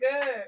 good